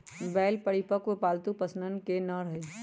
बैल परिपक्व, पालतू पशुअन के नर हई